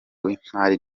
w’imari